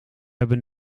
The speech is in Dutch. hebben